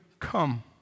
come